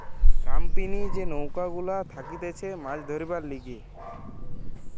রামপিনি যে নৌকা গুলা থাকতিছে মাছ ধরবার লিগে